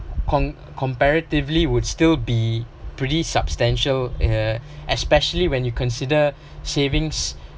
com~ comparatively would still be pretty substantial uh especially when you consider savings